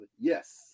Yes